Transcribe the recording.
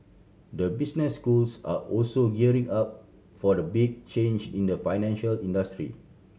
the business schools are also gearing up for the big change in the financial industry